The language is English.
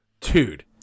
dude